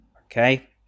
Okay